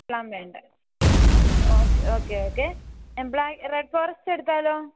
plum വേണ്ട okay okay ബ്ലാ red forest എടുത്താലോ